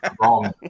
Wrong